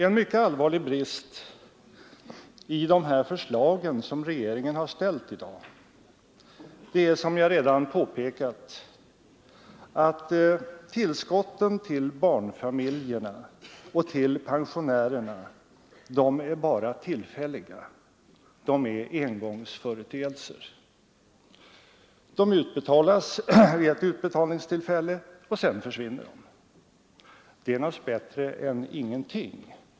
En mycket allvarlig brist i det förslag som regeringen ställt i dag är, som jag redan påpekat, att tillskotten till barnfamiljerna och pensionärerna bara är tillfälliga — de är engångsföreteelser. De utbetalas vid ett tillfälle, och sedan försvinner de. Det är naturligtvis bättre än ingenting.